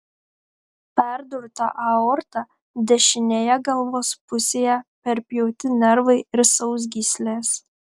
perdurta aorta dešinėje galvos pusėje perpjauti nervai ir sausgyslės